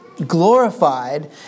glorified